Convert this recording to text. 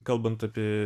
kalbant apie